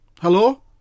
Hello